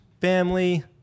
Family